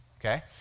okay